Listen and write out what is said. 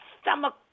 Stomach